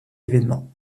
événement